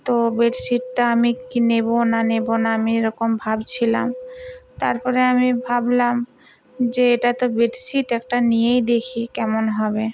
তো বেডশিটটা আমি কি নেব না নেব না আমি এ রকম ভাবছিলাম তার পরে আমি ভাবলাম যে এটা তো বেডশিট একটা নিয়েই দেখি কেমন হবে